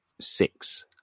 six